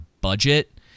budget